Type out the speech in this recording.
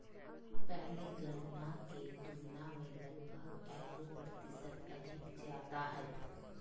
पहले गणना के तुलना में लगभग एगो प्रतिशत अधिक ज्यादा हइ